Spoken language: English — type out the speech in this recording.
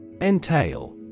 Entail